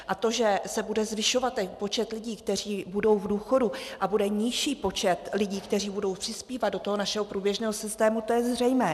A to, že se bude zvyšovat počet lidí, kteří budou v důchodu, a bude nižší počet lidí, kteří budou přispívat do našeho průběžného systému, to je zřejmé.